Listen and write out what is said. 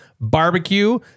barbecue